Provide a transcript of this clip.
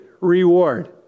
reward